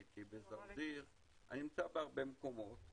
הייתי בזרזיר - אני נמצא בהרבה מקומות,